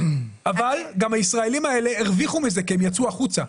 אבל גם הישראלים האלה הרוויחו מזה כי הם יצאו החוצה.